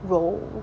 role